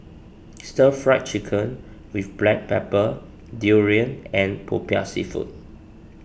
Stir Fried Chicken with Black Pepper Durian and Popiah Seafood